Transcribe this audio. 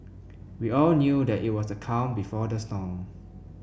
we all knew that it was the calm before the storm